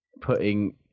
putting